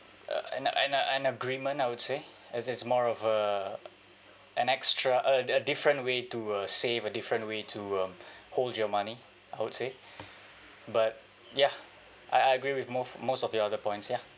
an a~ an a~ an agreement I would say as it's more of a an extra a a a different way to uh save a different way to um hold your money I would say but ya I agree with most most of the other points ya